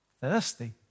thirsty